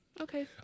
Okay